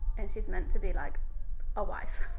and she's meant to be like a wife?